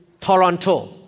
Toronto